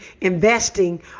Investing